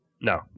No